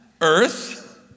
earth